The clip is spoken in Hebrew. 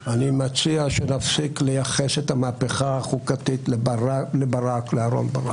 אני מציע שנפסיק לייחס את המהפכה החוקתית לאהרון ברק.